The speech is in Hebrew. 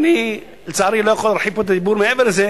ואני לצערי לא יכול להרחיב פה את הדיבור מעבר לזה,